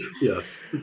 Yes